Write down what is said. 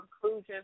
conclusion